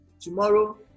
tomorrow